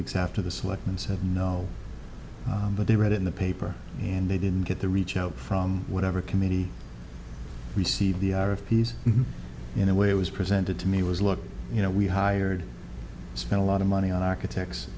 weeks after the selectmen said no but they read in the paper and they didn't get the reach out from whatever committee received the arab piece in a way it was presented to me was look you know we hired spent a lot of money on architects